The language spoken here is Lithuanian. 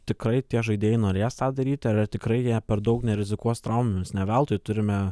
tikrai tie žaidėjai norės tą daryti ir ar tikrai jie per daug nerizikuos traumos ne veltui turime